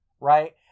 Right